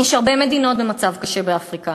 יש הרבה מדינות במצב קשה באפריקה,